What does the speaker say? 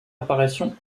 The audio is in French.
apparition